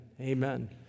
Amen